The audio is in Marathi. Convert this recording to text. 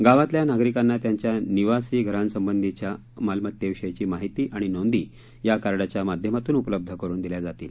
गावातल्या नागरीकांना त्यांच्या निवासी घरासंबंधीच्या मालमत्तेविषयीची माहिती आणि नोंदी या कार्डाच्या माध्यमातून उपलब्ध करून दिल्या जातील